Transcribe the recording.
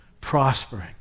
prospering